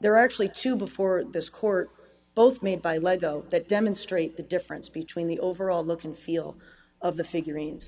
there are actually two before this court both made by lego that demonstrate the difference between the overall look and feel of the figurines